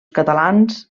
catalans